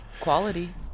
quality